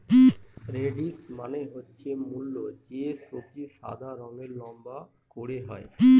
radish মানে হচ্ছে মূল যে সবজি সাদা রঙের লম্বা করে হয়